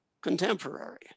contemporary